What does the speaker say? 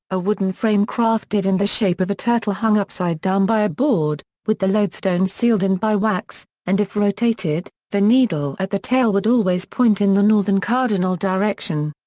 a wooden frame crafted in the shape of a turtle hung upside down by a board, with the lodestone sealed in by wax, and if rotated, the needle at the tail would always point in the northern cardinal direction.